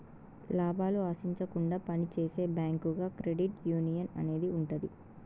లాభాలు ఆశించకుండా పని చేసే బ్యాంకుగా క్రెడిట్ యునియన్ అనేది ఉంటది